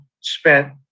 spent